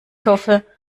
hoffe